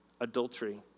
Adultery